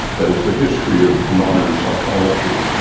that is the history of modern psychology,